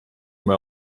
oma